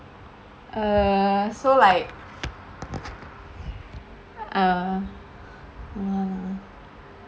err so like uh hold on uh